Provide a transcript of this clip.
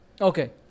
Okay